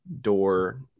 door